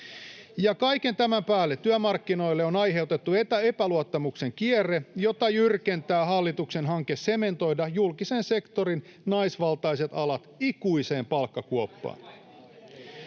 kaiken tämän päälle työmarkkinoille on aiheutettu epäluottamuksen kierre, jota jyrkentää hallituksen hanke sementoida julkisen sektorin naisvaltaiset alat ikuiseen palkkakuoppaan.